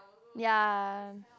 ya